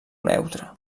neutre